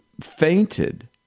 fainted